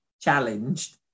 challenged